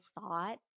thought